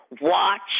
watch